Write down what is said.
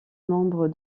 nombre